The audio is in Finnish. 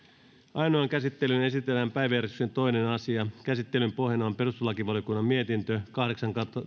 ainoaan käsittelyyn esitellään päiväjärjestyksen toinen asia käsittelyn pohjana on perustuslakivaliokunnan mietintö kahdeksan